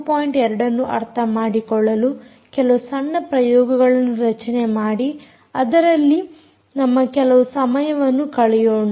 2 ಅನ್ನು ಅರ್ಥ ಮಾಡಿಕೊಳ್ಳಲು ಕೆಲವು ಸಣ್ಣ ಪ್ರಯೋಗಗಳನ್ನು ರಚನೆ ಮಾಡಿ ಅದರಲ್ಲಿ ನಮ್ಮ ಕೆಲವು ಸಮಯವನ್ನು ಕಳೆಯೋಣ